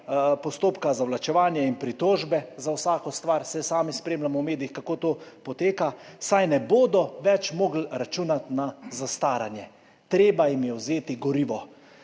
postopka, zavlačevanje in pritožbe za vsako stvar – saj sami spremljamo v medijih, kako to poteka – saj ne bodo več mogli računati na zastaranje. Treba jim je vzeti gorivo.